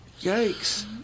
Yikes